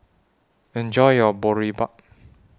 Enjoy your Boribap